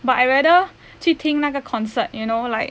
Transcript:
but I rather 去听那个 concert you know like